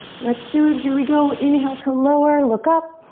let's do it. here we go. inhale to lower, look up.